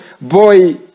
boy